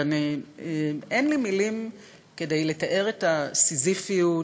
ואין לי מילים כדי לתאר את הסיזיפיות,